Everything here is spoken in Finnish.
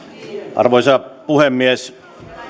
arvoisa puhemies